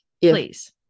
Please